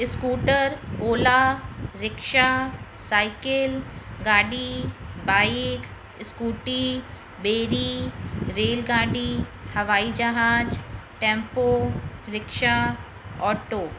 scooter Ola rickshaw cycle गाॾी bike scooty ॿेरी रेलगाॾी हवाई जहाज टेंपो रिक्शा ऑटो